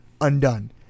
Undone